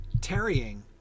tarrying